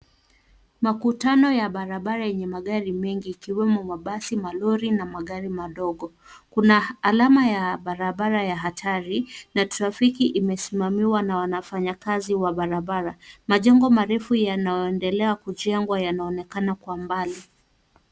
Makutano ya barabara yenye magari mengi , ikiwemo mabasi, malori na magari madogo. Kuna alama ya barabara ya hatari na traffiki imesimamiwa na wana fanya kazi wa barabara. Majengo marefu yanayoendelea kujengwa yanaonekana kwa mbali.